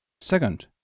Second